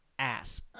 ass